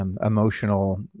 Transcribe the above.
Emotional